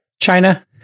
China